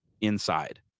inside